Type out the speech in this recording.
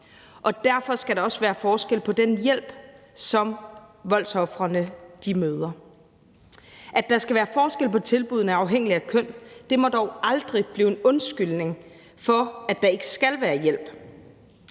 Derfor skal der også være forskel på den hjælp, som voldsofrene møder. At der skal være forskel på tilbuddene afhængigt af køn, må dog aldrig blive en undskyldning for, at der ikke skal være hjælp.